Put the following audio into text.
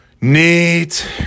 neat